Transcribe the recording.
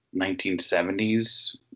1970s